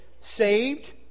Saved